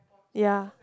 ya